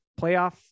playoff